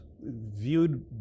viewed